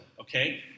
okay